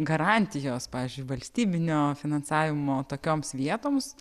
garantijos pavyzdžiui valstybinio finansavimo tokioms vietoms